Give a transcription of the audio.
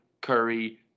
Curry